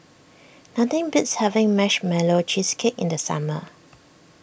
nothing beats having Marshmallow Cheesecake in the summer